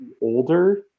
older